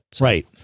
Right